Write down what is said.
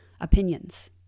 opinions